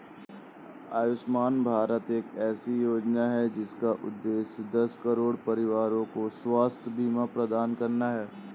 आयुष्मान भारत एक ऐसी योजना है जिसका उद्देश्य दस करोड़ परिवारों को स्वास्थ्य बीमा प्रदान करना है